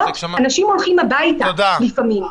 אנשים הולכים הביתה לפעמים --- תודה.